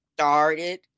started